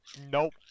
Nope